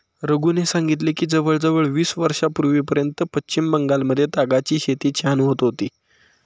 रघूने सांगितले की जवळजवळ वीस वर्षांपूर्वीपर्यंत पश्चिम बंगालमध्ये तागाची शेती छान होत होती